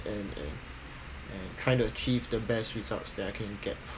and and and trying to achieve the best results that I can get